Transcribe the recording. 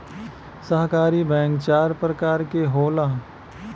सहकारी बैंक चार परकार के होला